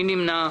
מי נמנע?